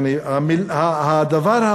הדבר,